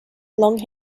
long